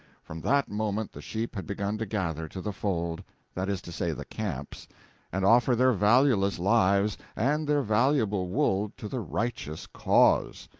from that moment the sheep had begun to gather to the fold that is to say, the camps and offer their valueless lives and their valuable wool to the righteous cause.